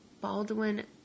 Baldwin